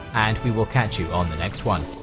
and we will catch you on the next one.